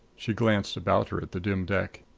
she glanced about her at the dim deck.